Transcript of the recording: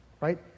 Right